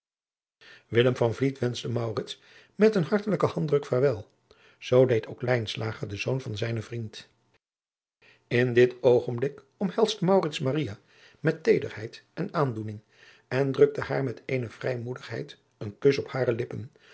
wenschte maurits met een hartelijken handdruk vaarwel zoo deed ook lijnslager den zoon van zijnen vriend in dit oogertblik omhelsde maurits maria met teederheid en aandoening en drukte haar met eene vrijmoedigheid een kus op hare lippen